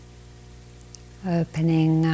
Opening